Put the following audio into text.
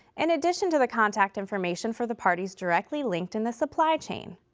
in addition to the contact information for the parties directly linked in the supply chain.